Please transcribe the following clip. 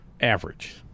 average